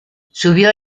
subió